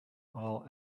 all